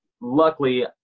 luckily